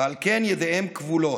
ועל כן ידיהם כבולות.